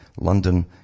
London